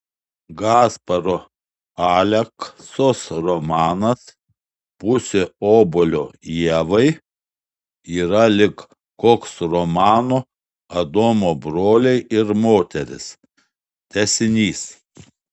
gasparo aleksos romanas pusė obuolio ievai yra lyg koks romano adomo broliai ir moterys tęsinys